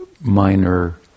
minor